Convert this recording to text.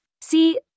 See